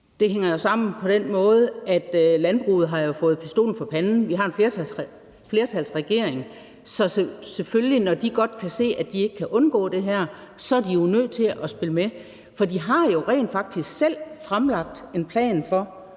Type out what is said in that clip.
Det hænger jo sammen på den måde, at landbruget har fået sat pistolen for panden. Vi har en flertalsregering, så når de godt kan se, at de ikke kan undgå det her, er de selvfølgelig nødt til at spille med, og de har jo rent faktisk selv fremlagt en plan for,